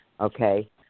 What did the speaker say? okay